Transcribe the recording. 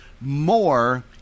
more